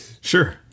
Sure